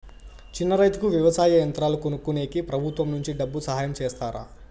చిన్న రైతుకు వ్యవసాయ యంత్రాలు కొనుక్కునేకి ప్రభుత్వం నుంచి డబ్బు సహాయం చేస్తారా?